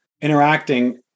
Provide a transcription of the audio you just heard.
interacting